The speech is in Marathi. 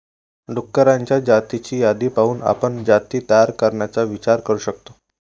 डुक्करांच्या जातींची यादी पाहून आपण जाती तयार करण्याचा विचार करू शकतो